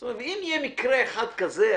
אם יהיה מקרה אחד כזה,